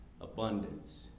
abundance